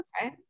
Okay